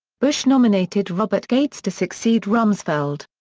bush nominated robert gates to succeed rumsfeld.